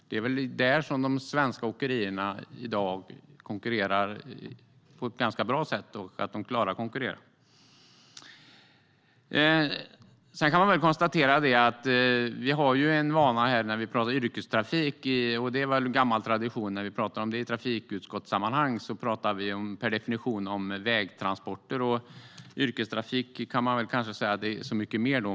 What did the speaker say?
Det är där som de svenska åkerierna i dag klarar att konkurrera på ett ganska bra sätt. När vi talar om yrkestrafik i trafikutskottet är det gammal tradition att vi per definition talar om vägtransporter. Yrkestrafik är så mycket mer.